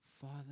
Father